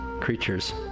creatures